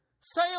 Say